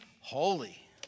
holy